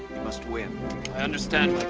must win. i understand,